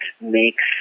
makes